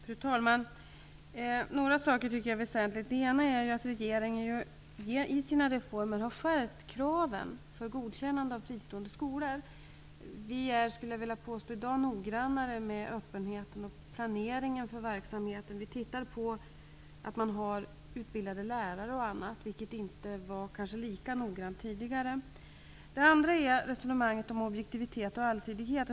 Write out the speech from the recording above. Fru talman! Jag tycker att några saker är väsentliga. För det första har regeringen skärpt kraven för godkännande av fristående skolor. Jag vill påstå att vi i dag är noggrannare med öppenheten och planeringen av verksamheten. Vi kontrollerar bl.a. att dessa skolor har utbildade lärare, vilket kanske inte skedde lika noggrant tidigare. För det andra vill jag ta upp resonemanget om objektivitet och allsidighet.